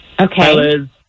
Okay